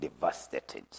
devastated